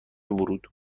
ورود